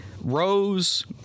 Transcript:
Rose